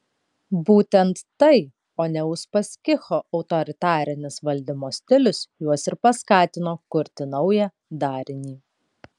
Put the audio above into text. būtent tai o ne uspaskicho autoritarinis valdymo stilius juos ir paskatino kurti naują darinį